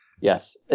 Yes